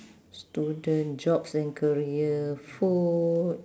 student jobs and career food